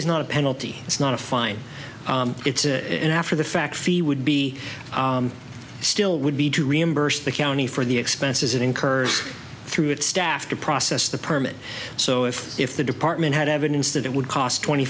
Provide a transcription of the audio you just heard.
is not a penalty it's not a fine it's an after the fact fee would be still would be to reimburse the county for the expenses incurred through its staff to process the permit so if if the department had evidence that it would cost twenty